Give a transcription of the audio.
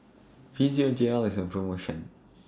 Physiogel IS on promotion